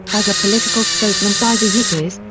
as a political statement by the yippies,